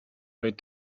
wait